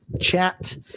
chat